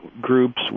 groups